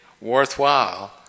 worthwhile